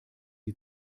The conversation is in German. die